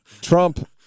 trump